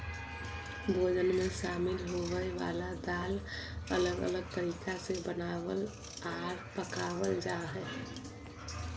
भोजन मे शामिल होवय वला दाल अलग अलग तरीका से बनावल आर पकावल जा हय